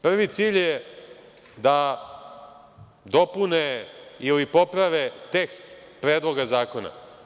Prvi cilj, je da dopune ili poprave tekst Predloga zakona.